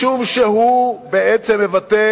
משום שהוא בעצם מבטא